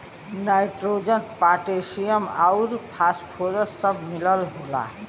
nitrogen potassium आउर phosphorus सब मिलल होला